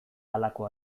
halako